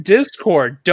Discord